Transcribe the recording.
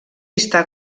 està